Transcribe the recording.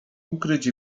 ukryć